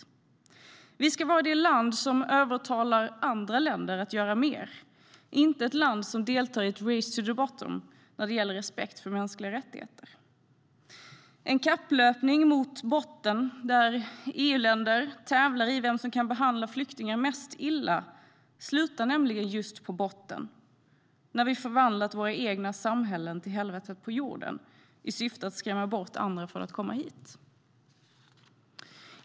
Sverige ska vara det land som övertalar andra länder att göra mer, inte ett land som deltar i ett race to the bottom när det gäller respekt för mänskliga rättigheter. En kapplöpning mot botten där EU-länder tävlar om vem som kan behandla flyktingar mest illa slutar nämligen just på botten, när vi förvandlat våra egna samhällen till helvetet på jorden i syfte att skrämma andra från att komma hit.